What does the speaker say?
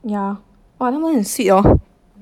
yeah !wah! 他们很 sweet hor